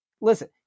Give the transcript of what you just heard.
Listen